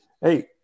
hey